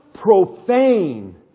profane